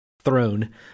Throne